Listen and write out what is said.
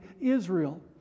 Israel